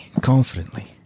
confidently